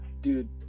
dude